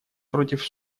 против